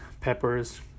peppers